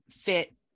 fit